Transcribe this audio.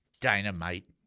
Dynamite